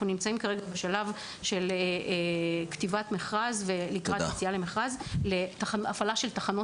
אנחנו נמצאים בשלב של יציאה למכרז להפעלה של תחנות